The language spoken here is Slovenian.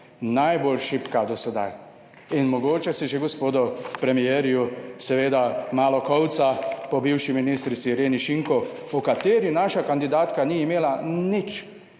najbolj šibka do sedaj in mogoče se že gospodu premierju seveda malo kolca po bivši ministrici Ireni Šinko, po kateri naša kandidatka ni imela nič.